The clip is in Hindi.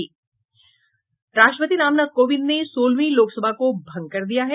राष्ट्रपति रामनाथ कोविंद ने सोलहवीं लोकसभा को भंग कर दिया है